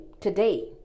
today